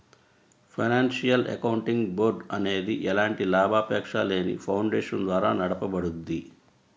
financial accounting board అనేది ఎలాంటి లాభాపేక్షలేని ఫౌండేషన్ ద్వారా నడపబడుద్ది